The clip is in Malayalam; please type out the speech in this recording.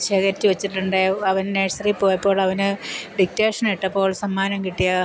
ശേഖരിച്ചു വച്ചിട്ടുണ്ട് അവൻ നേഴ്സറി പോയപ്പോൾ അവന് ഡിക്റ്റേഷൻ ഇട്ടപ്പോൾ സമ്മാനം കിട്ടിയ